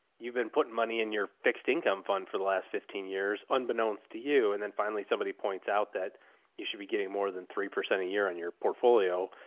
you've been putting money in your fixed income fund for the last fifteen years, unbeknownst to you. and then finally somebody points out that you should be getting more than three percent a year on your portfolio.